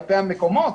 כלפי המקומות,